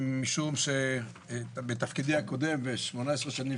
משום שבתפקידי הקודם שירתי 18 שנים